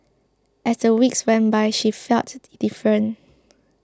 as the weeks went by she felt different